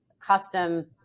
custom